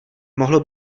mohlo